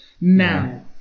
Now